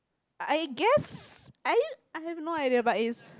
I I guess I you I have no idea but is